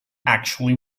actually